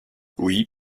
oui